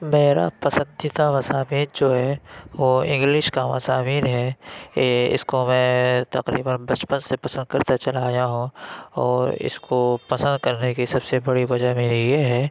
میرا پسندیدہ مضامین جو ہے وہ انگلش کا مضامین ہے اِس کو میں تقریباً بچپن سے پسند کرتا چلا آیا ہوں اور اِس کو پسند کرنے کی سب سے بڑی وجہ میری یہ ہے